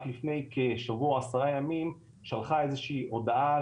רק לפני כשבוע או עשרה ימים שלחה איזה שהיא הודעה